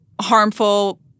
harmful